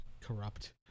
corrupt